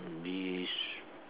wish